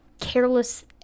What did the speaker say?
careless